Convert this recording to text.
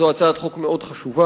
זו הצעת חוק מאוד חשובה.